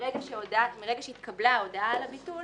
שמרגע שהתקבלה ההודעה על הביטול